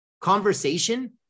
conversation